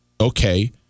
okay